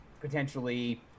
potentially